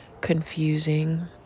Confusing